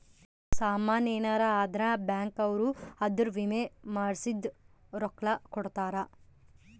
ಸಾಮನ್ ಯೆನರ ಅದ್ರ ಬ್ಯಾಂಕ್ ಅವ್ರು ಅದುರ್ ವಿಮೆ ಮಾಡ್ಸಿದ್ ರೊಕ್ಲ ಕೋಡ್ತಾರ